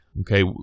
Okay